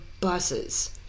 Buses